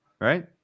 Right